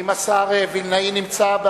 האם השר וילנאי נמצא?